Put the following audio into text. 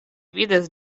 vidas